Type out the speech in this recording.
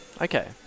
Okay